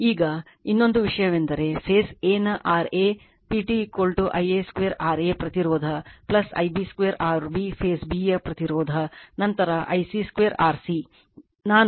ಈಗ ಇನ್ನೊಂದು ವಿಷಯವೆಂದರೆ ಫೇಸ್ a ನ RA PT Ia2 RA ಪ್ರತಿರೋಧ Ib2 RB ಫೇಸ್ b ಯ ಪ್ರತಿರೋಧ ನಂತರ Ic2 R C